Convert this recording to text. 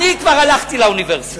אני כבר הלכתי לאוניברסיטה,